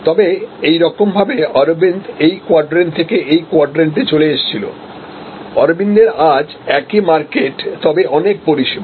তবে এইরকমভাবে অরবিন্দ এই কোয়াড্র্যান্ট থেকে এই কোয়াড্র্যান্টে চলে এসেছিল অরবিন্দের আজ একই মার্কেট তবে অনেক পরিষেবা